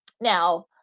Now